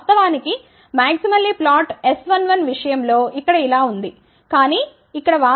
వాస్తవానికి maximally flat S11 విషయం లో ఇక్కడ ఇలా ఉంది కానీ ఇక్కడ